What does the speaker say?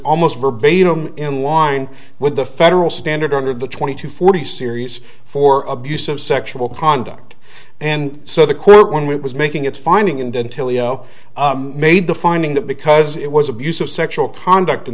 almost verbatim in line with the federal standard under the twenty to forty series for abusive sexual conduct and so the court one was making its finding and until you know made the finding that because it was abusive sexual conduct in